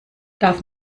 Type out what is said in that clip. darf